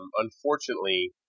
unfortunately